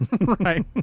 right